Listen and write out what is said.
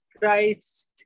Christ